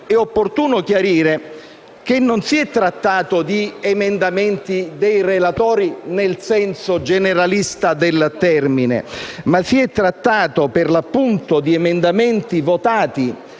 È opportuno chiarire che non si è trattato di emendamenti dei relatori nel senso generalista del termine, ma per l'appunto di emendamenti votati